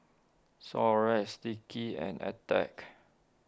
Xorex Sticky and Attack